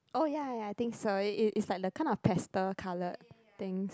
oh ya ya ya I think it's it's like the kind of pastel colours things